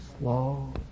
slow